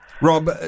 Rob